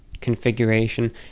configuration